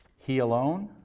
he alone?